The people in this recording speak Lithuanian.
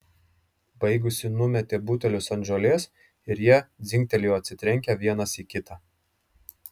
baigusi numetė butelius ant žolės ir jie dzingtelėjo atsitrenkę vienas į kitą